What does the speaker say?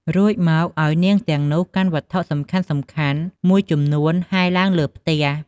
រួចមកឱ្យនាងទាំងនោះ កាន់វត្ថុសំខាន់ៗមួយចំនួនហែរឡើងលើផ្ទះ។